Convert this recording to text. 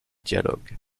dialogues